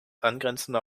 angrenzende